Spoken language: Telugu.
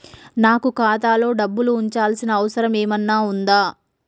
నాకు ఖాతాలో డబ్బులు ఉంచాల్సిన అవసరం ఏమన్నా ఉందా?